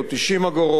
עוד 90 אגורות,